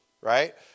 right